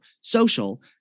social